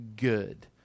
good